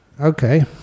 Okay